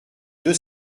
deux